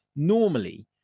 Normally